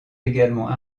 également